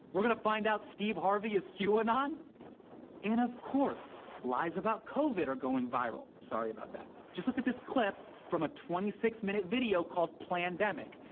we're going to find out steve harvey is qanon? and of course lies about covid are going viral. sorry about that. just look at this clip from a twenty six minute video called plandemic,